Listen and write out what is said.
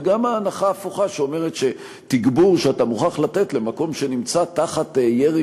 וגם ההנחה ההפוכה שאומרת שתגבור שאתה מוכרח לתת למקום שנמצא תחת ירי